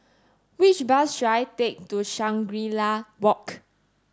which bus should I take to Shangri La Walk